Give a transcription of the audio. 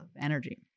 energy